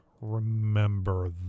remember